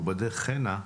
הוא בדרך הנה,